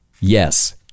Yes